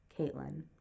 Caitlin